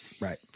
Right